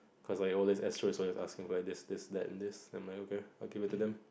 cause like always astro is always asking for this this that and this I'm like okay I'll give it to them